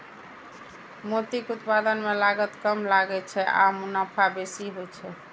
मोतीक उत्पादन मे लागत कम लागै छै आ मुनाफा बेसी होइ छै